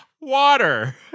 Water